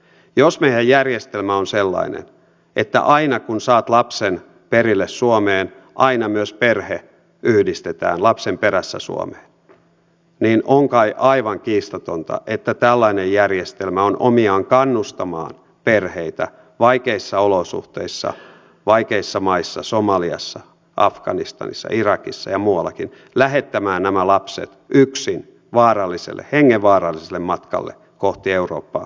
jos meidän järjestelmä on sellainen että aina kun saat lapsen perille suomeen aina myös perhe yhdistetään lapsen perässä suomeen niin on kai aivan kiistatonta että tällainen järjestelmä on omiaan kannustamaan perheitä vaikeissa olosuhteissa vaikeissa maissa somaliassa afganistanissa irakissa ja muuallakin lähettämään nämä lapset yksin vaaralliselle hengenvaaralliselle matkalle kohti eurooppaa kohti suomea